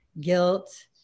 guilt